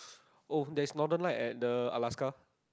oh that's Northern Light at the Alaska